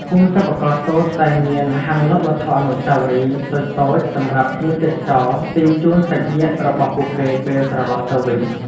ភូមិសិប្បកម្មសូត្រតែងមាន ហាងលក់វត្ថុអនុស្សាវរីយ៍ តូចៗសម្រាប់ភ្ញៀវទេសចរទិញជូនសាច់ញាតិរបស់ពួកគេ ពេលត្រឡប់ទៅវិញ។